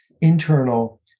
internal